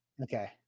Okay